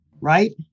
right